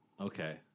Okay